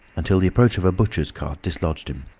until the approach of a butcher's cart dislodged him.